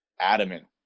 adamant